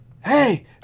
hey